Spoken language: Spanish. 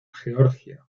georgia